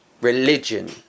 religion